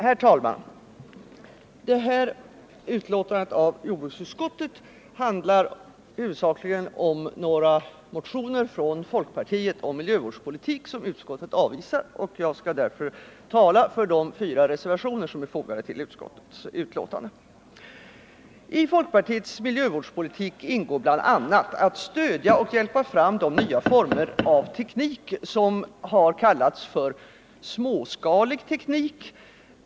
Herr talman! Detta betänkande från jordbruksutskottet handlar huvudsakligen om några motioner från folkpartiet om miljövårdspolitik, vilka utskottet har avvisat. Jag skall därför tala för de reservationer som är fogade till betänkandet. I folkpartiets miljövårdspolitik ingår bl.a. att stödja och hjälpa fram de nya former av teknik som har kallats för ”småskalig teknik”.